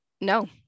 no